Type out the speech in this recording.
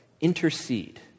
intercede